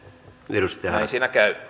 näin siinä käy